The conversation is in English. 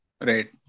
Right